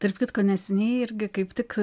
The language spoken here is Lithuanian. tarp kitko neseniai irgi kaip tik